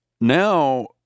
now